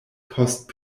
post